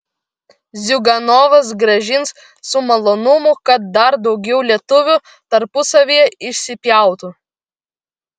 ziuganovas grąžins su malonumu kad dar daugiau lietuvių tarpusavyje išsipjautų